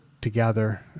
together